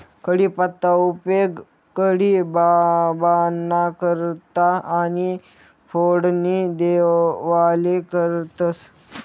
कढीपत्ताना उपेग कढी बाबांना करता आणि फोडणी देवाले करतंस